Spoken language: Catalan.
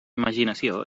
imaginació